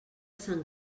sant